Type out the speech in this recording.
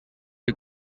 you